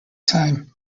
time